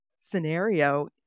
Scenario